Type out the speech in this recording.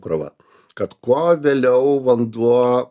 krova kad kuo vėliau vanduo